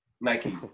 Nike